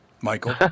Michael